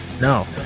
No